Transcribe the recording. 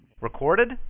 Recorded